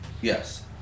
Yes